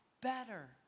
better